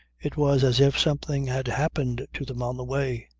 it was as if something had happened to them on the way.